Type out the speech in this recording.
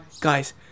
guys